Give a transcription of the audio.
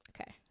Okay